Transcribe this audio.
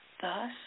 thus